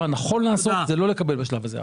הנכון לעשות זה לא לקבל החלטה בשלב הזה.